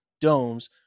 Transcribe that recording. domes